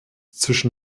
zwischen